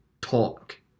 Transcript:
talk